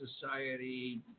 society